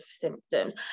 symptoms